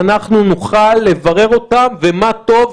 נוכל לברר אותם ומה טוב,